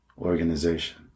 Organization